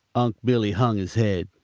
unc' billy hung his head.